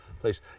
place